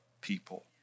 people